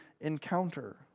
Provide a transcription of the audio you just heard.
encounter